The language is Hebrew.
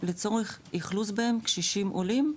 לצורך אכלוס בהם קשישים עולים,